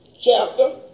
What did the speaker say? chapter